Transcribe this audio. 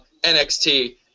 NXT